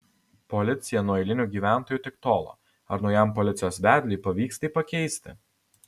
policija nuo eilinių gyventojų tik tolo ar naujam policijos vedliui pavyks tai pakeisti